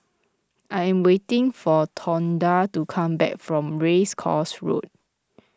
I am waiting for Tonda to come back from Race Course Road